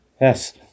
Yes